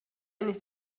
nicht